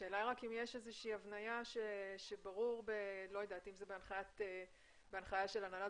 השאלה אם יש הבנייה אם בהנחיה של הנהלת